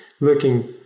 looking